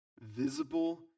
visible